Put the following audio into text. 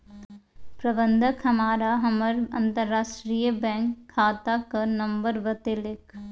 प्रबंधक हमरा हमर अंतरराष्ट्रीय बैंक खाताक नंबर बतेलक